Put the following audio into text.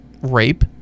rape